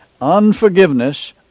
Unforgiveness